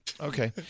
Okay